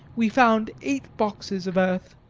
we found eight boxes of earth.